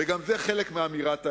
וגם זה חלק מאמירת האמת.